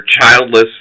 childless